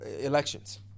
elections